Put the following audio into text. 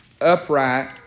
upright